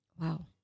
Wow